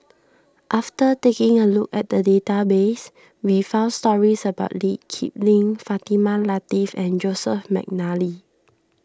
after taking a look at the database we found stories about Lee Kip Lin Fatimah Lateef and Joseph McNally